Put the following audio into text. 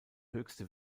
höchste